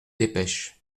dépêche